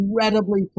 incredibly